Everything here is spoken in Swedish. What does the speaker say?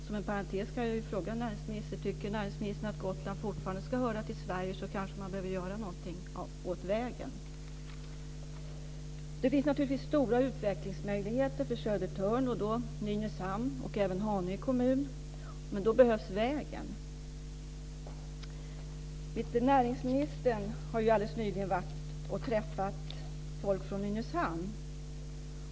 Som en parentes vill jag säga till näringsministern: Om näringsministern tycker att Gotland fortfarande ska höra till Sverige borde han kanske göra någonting åt vägen. Det finns naturligtvis stora utvecklingsmöjligheter för Södertörn, för Nynäshamns och Haninges kommuner, men då behövs vägen. Näringsministern har alldeles nyligen träffat folk från Nynäshamn.